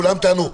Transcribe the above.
כולם טענו.